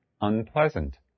unpleasant